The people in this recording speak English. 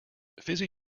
fizzy